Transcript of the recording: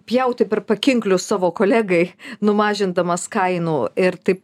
pjauti per pakinklius savo kolegai numažindamas kainų ir taip